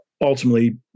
ultimately